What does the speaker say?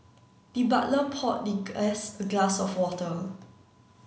the butler poured the guest a glass of water